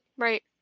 Right